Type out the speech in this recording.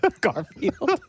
Garfield